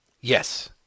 Yes